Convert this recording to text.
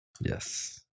Yes